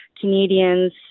Canadians